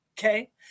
okay